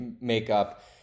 makeup